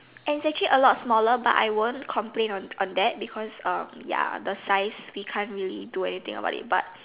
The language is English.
and it's actually a lot smaller but I won't complain on on that because ya the size we can't really do anything about it but